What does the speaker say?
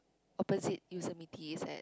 opposite Yosemite it's at